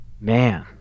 man